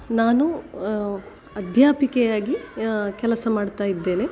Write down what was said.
ನಾನು ಅಧ್ಯಾಪಿಕೆಯಾಗಿ ಕೆಲಸ ಮಾಡ್ತಾ ಇದ್ದೇನೆ